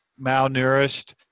malnourished